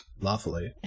lawfully